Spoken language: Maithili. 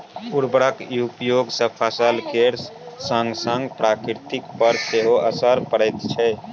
उर्वरकक उपयोग सँ फसल केर संगसंग प्रकृति पर सेहो असर पड़ैत छै